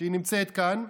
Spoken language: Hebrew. שנמצאת כאן,